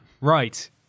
Right